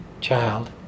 child